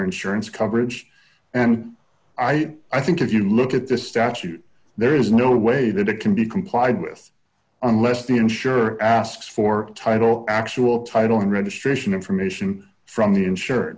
insurance coverage and i i think if you look at the statute there is no way that it can be complied with unless the insurer asks for title actual title and registration information from the insur